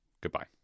Goodbye